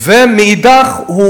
מאידך גיסא,